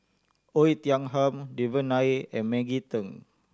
Oei Tiong Ham Devan Nair and Maggie Teng